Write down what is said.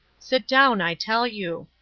sit down, i tell you.